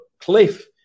cliff